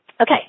Okay